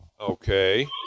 Okay